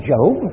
Job